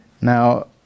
Now